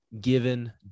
given